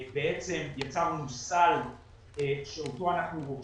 בעצם יצרנו סל שאותו אנחנו דורשים,